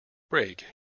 break